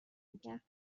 میکرد